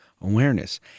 awareness